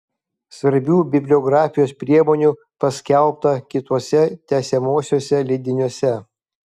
svarbių bibliografijos priemonių paskelbta kituose tęsiamuosiuose leidiniuose